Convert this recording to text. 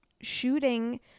shooting